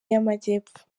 y’amajyepfo